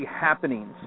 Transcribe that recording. happenings